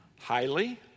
Highly